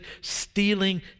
stealing